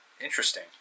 Interesting